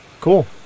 Cool